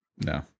No